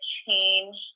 change